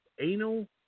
Anal